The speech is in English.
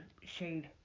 shade